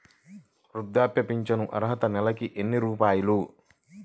వృద్ధాప్య ఫింఛను అర్హత నెలకి ఎన్ని రూపాయలు?